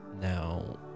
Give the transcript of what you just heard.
now